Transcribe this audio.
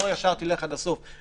לא תלך עד הסוף.